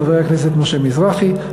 חבר הכנסת משה מזרחי,